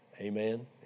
Amen